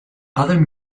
other